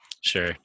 Sure